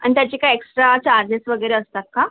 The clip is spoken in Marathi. आणि त्याची काय एक्स्ट्रा चार्जेस वगैरे असतात का